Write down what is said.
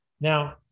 Now